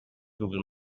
google